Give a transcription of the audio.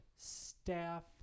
staff